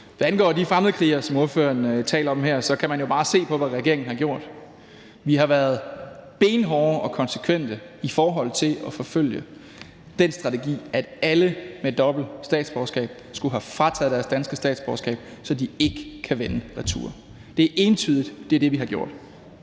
Hvad angår de fremmedkrigere, som ordføreren her taler om, kan man jo bare se på, hvad regeringen har gjort. Vi har været benhårde og konsekvente i forhold til at forfølge den strategi, at alle med dobbelt statsborgerskab skulle have frataget deres danske statsborgerskab, så de ikke kan vende retur. Det er entydigt; det er det, vi har gjort.